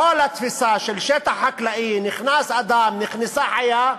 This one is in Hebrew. כל התפיסה של שטח חקלאי, נכנס אדם, נכנסה חיה,